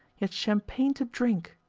yet champagne to drink!